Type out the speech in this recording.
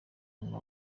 ngo